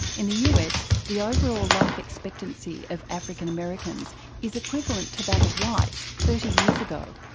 in the us the overall life expectancy of african americans is equivalent to that of whites thirty years ago.